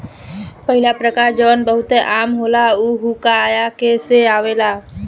पहिला प्रकार जवन बहुते आम होला उ हुआकाया से आवेला